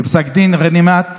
בפסק דין גנימאת,